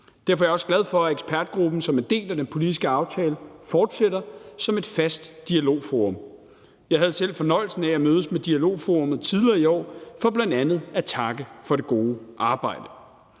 Derfor er jeg også glad for, at ekspertgruppen som en del af den politiske aftale fortsætter som et fast dialogforum. Jeg havde selv fornøjelsen af at mødes med dialogforummet tidligere i år for blandt andet at takke for det gode arbejde.